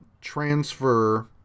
transfer